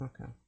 Okay